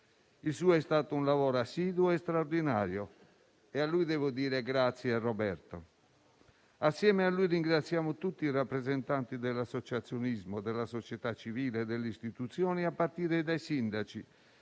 Frongia è stato un lavoro assiduo e straordinario e devo dirgli grazie. Assieme a lui ringraziamo tutti i rappresentanti dell'associazionismo, della società civile e delle istituzioni, a partire dai sindaci,